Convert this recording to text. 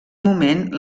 moment